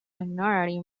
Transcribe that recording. honorary